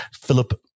Philip